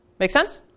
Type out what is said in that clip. make sense?